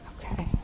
Okay